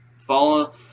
follow